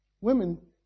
Women